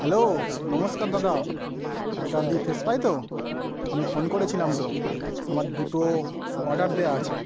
hello নমস্কার দাদা এটা দি ফ্রেশ ফ্রাই তো আমি ফোন করেছিলাম তো আমার দুটো অর্ডার দেওয়া আছে